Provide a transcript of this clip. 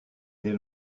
des